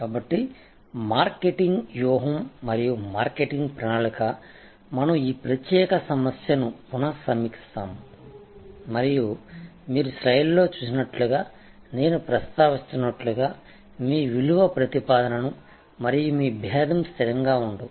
కాబట్టి మార్కెటింగ్ వ్యూహం మరియు మార్కెటింగ్ ప్రణాళిక మనం ఈ ప్రత్యేక సమస్యను పునసమీక్షిస్తాము మరియు మీరు స్లైడ్లో చూసినట్లుగా నేను ప్రస్తావిస్తున్నట్లుగా మీ విలువ ప్రతిపాదన మరియు మీ భేదం స్థిరంగా ఉండవు